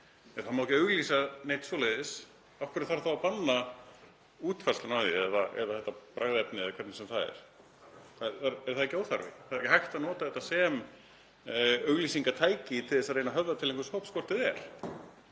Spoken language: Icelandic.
ef það má ekki auglýsa neitt svoleiðis, af hverju þarf þá að banna útfærsluna á því eða þetta bragðefni eða hvernig sem það er? Er það ekki óþarfi? Það er ekki hægt að nota þetta sem auglýsingatæki til að reyna að höfða til einhvers hóps hvort eð er.